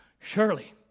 surely